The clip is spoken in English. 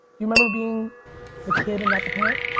you remember being the kid and not the parent?